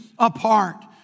apart